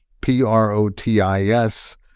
P-R-O-T-I-S